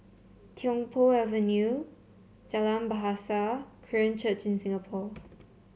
Tiong Poh Avenue Jalan Bahasa Korean Church in Singapore